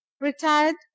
retired